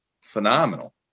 phenomenal